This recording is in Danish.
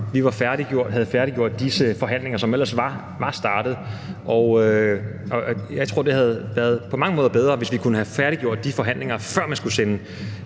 vi havde færdiggjort disse forhandlinger, som ellers var startet. Jeg tror, det på mange måder havde været bedre, hvis vi kunne have færdiggjort de forhandlinger, før man skulle sende